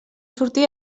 sortir